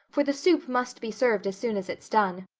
for the soup must be served as soon as it's done.